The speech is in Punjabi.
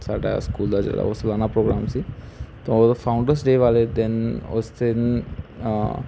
ਸਾਡਾ ਸਕੂਲ ਦਾ ਜਿਹੜਾ ਉਹ ਸਾਲਾਨਾ ਪ੍ਰੋਗਰਾਮ ਸੀ ਤਾਂ ਉਹ ਫਾਊਂਡਰਸ ਡੇਅ ਵਾਲੇ ਦਿਨ ਉਸ ਦਿਨ